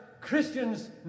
Christians